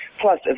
Plus